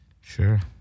Sure